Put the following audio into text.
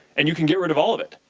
and you can get rid of all of it.